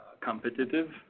competitive